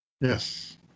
Yes